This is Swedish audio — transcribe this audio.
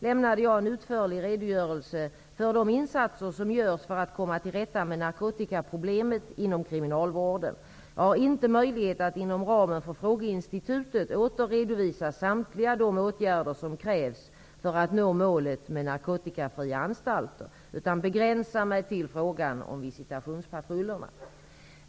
lämnade jag en utförlig redogörelse för de insatser som görs för att komma till rätta med narkotikaproblemet inom kriminalvården. Jag har inte möjlighet att inom ramen för frågeinstitutet åter redovisa samtliga de åtgärder som krävs för att nå målet med narkotikafria anstalter, utan begränsar mig till frågan om visitationspatrullerna.